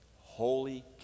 Holy